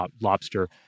lobster